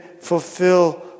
fulfill